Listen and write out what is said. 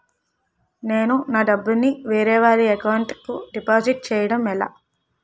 నేను నా డబ్బు ని వేరే వారి అకౌంట్ కు డిపాజిట్చే యడం ఎలా?